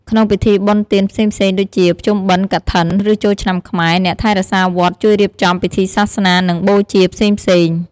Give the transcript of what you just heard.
ក្នុងពិធីបុណ្យទានផ្សេងៗដូចជា ភ្ជុំបិណ្ឌ កឋិន ឬចូលឆ្នាំខ្មែរ អ្នកថែរក្សាវត្តជួយរៀបចំពិធីសាសនា និងបូជា ផ្សេងៗ។